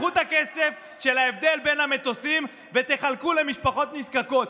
קחו את הכסף של ההבדל בין המטוסים ותחלקו למשפחות נזקקות.